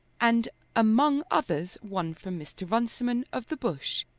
and among others one from mr. runciman, of the bush,